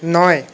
নয়